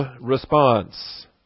response